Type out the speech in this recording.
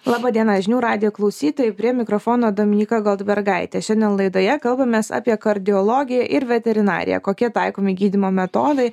laba diena žinių radijo klausytojai prie mikrofono dominyka goldbergaitė šiandien laidoje kalbamės apie kardiologiją ir veterinariją kokie taikomi gydymo metodai